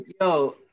Yo